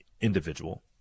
individual